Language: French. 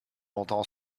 entend